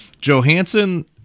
Johansson